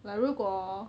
like 如果 hor